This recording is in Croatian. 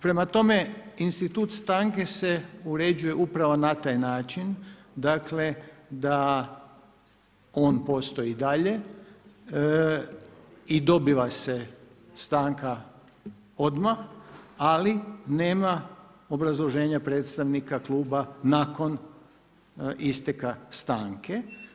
Prema tome, institut stanke se uređuje upravo na taj način, dakle da on postoji i dalje i dobiva se stanka odmah ali nema obrazloženja predstavnika kluba nakon isteka stanke.